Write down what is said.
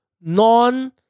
non